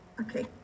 Okay